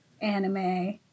anime